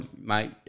mate